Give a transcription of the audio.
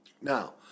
Now